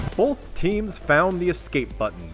both teams found the escape but